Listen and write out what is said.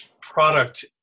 product